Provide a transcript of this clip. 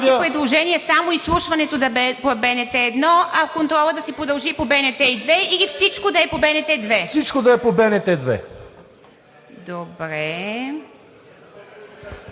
предложение само изслушването да е по БНТ 1, а контролът да си продължи по БНТ 2 или всичко да е по БНТ 2? ТОМА БИКОВ: Всичко да е по БНТ 2.